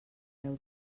preu